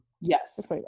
Yes